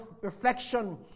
reflection